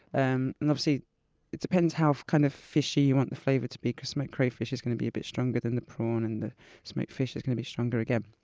and and um it depends how kind of fishy you want the flavor to be, because smoked crayfish is going to be a bit stronger than the prawn, and the smoked fish is going to be stronger again.